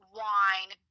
wine